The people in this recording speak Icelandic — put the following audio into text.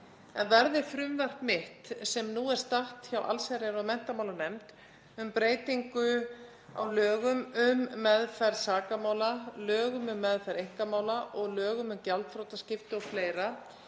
en verði frumvarp mitt sem nú er statt hjá allsherjar- og menntamálanefnd um breytingu á lögum um meðferð sakamála, lögum um meðferð einkamála og lögum um gjaldþrotaskipti o.fl.,